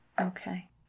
Okay